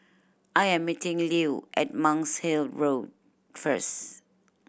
I am meeting Lew at Monk's Hill Road first